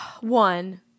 One